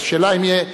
אבל השאלה אם יהיה,